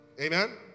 Amen